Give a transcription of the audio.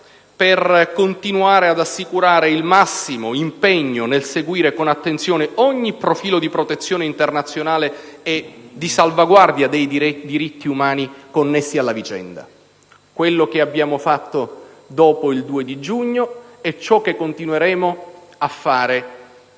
per continuare ad assicurare il massimo impegno nel seguire con attenzione ogni profilo di protezione internazionale e di salvaguardia dei diritti umani connessi alla vicenda, quello che abbiamo fatto dopo il 2 giugno e ciò che continueremo a fare